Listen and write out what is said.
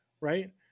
right